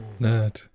Nerd